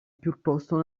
piuttosto